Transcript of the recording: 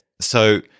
So-